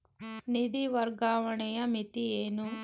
ನಿಧಿ ವರ್ಗಾವಣೆಯ ಮಿತಿ ಏನು?